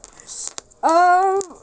um